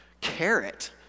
carrot